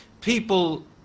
people